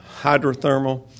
hydrothermal